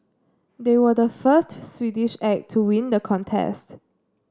they were the first Swedish act to win the contest